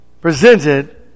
presented